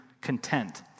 content